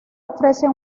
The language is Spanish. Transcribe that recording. ofrece